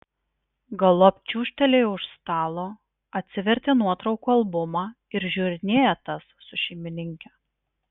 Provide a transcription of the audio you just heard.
galop čiūžtelėjo už stalo atsivertė nuotraukų albumą ir žiūrinėja tas su šeimininke